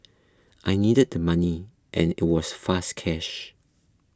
I needed the money and it was fast cash